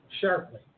sharply